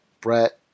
Brett